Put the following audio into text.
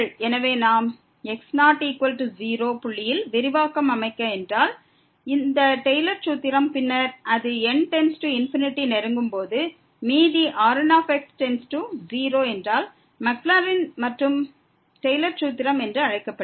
எனவே நாம் x00 புள்ளியில் விரிவாக்கத்தை அமைத்தால் இந்த டெய்லர் சூத்திரம் n→∞ஐ நெருங்கும் போது மீதி Rn→0 என்றால் மாக்லரின் மற்றும் டெய்லர் சூத்திரம் என்று அழைக்கப்படுகிறது